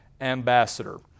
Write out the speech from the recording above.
ambassador